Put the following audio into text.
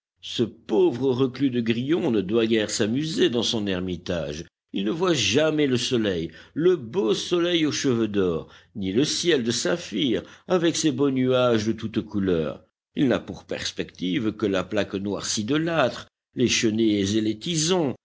ce pauvre reclus de grillon ne doit guère s'amuser dans son ermitage il ne voit jamais le soleil le beau soleil aux cheveux d'or ni le ciel de saphir avec ses beaux nuages de toutes couleurs il n'a pour perspective que la plaque noircie de l'âtre les chenets et les tisons